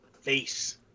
face